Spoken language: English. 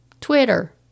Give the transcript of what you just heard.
Twitter